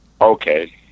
Okay